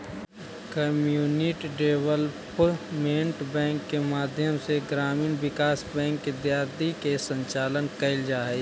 community development bank के माध्यम से ग्रामीण विकास बैंक इत्यादि के संचालन कैल जा हइ